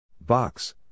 Box